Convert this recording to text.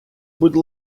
будь